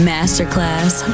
Masterclass